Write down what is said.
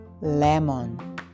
lemon